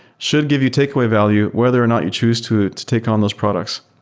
should give you takeaway value whether or not you chose to take on those products.